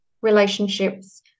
relationships